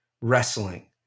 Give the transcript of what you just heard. wrestling